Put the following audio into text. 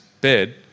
bed